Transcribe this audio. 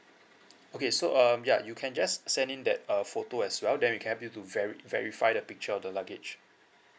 okay so um ya you can just send in that uh photo as well then we can help you to veri~ verify the picture of the luggage